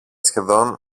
σχεδόν